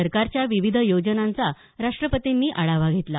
सरकारच्या विविध योजनांचा राष्ट्रपतींनी आढावा घेतला